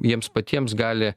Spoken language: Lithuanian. jiems patiems gali